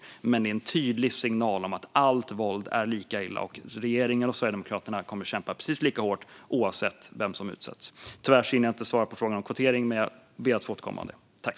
Men rubriken är en tydlig signal om att allt våld är lika illa. Regeringen och Sverigedemokraterna kommer att kämpa precis lika hårt oavsett vem som utsätts. Tyvärr hinner jag inte svara på frågan om kvotering - jag ber att få återkomma till den.